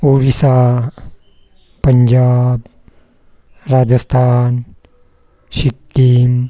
Odisha Punjab Rajasthan Sikkim